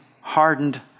hardened